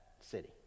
city